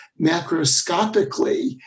macroscopically